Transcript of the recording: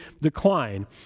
decline